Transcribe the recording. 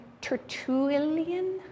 Tertullian